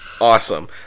Awesome